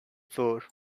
floor